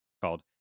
called